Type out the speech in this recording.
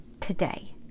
today